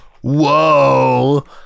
Whoa